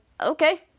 Okay